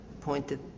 pointed